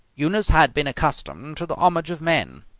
eunice had been accustomed to the homage of men.